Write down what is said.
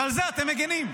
על זה אתם מגינים.